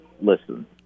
listen